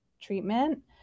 treatment